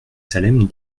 salem